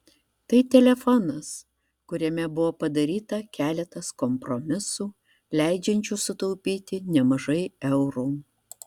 tai telefonas kuriame buvo padaryta keletas kompromisų leidžiančių sutaupyti nemažai eurų